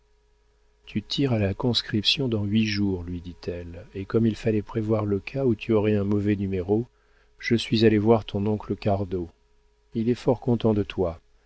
tu tires à la conscription dans huit jours lui dit-elle et comme il fallait prévoir le cas où tu aurais un mauvais numéro je suis allée voir ton oncle cardot il est fort content de toi